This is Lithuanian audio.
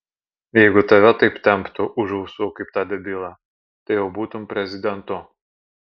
jeigu tave taip temptų už ausų kaip tą debilą tai jau būtum prezidentu